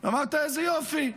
אמרת: איזה יופי,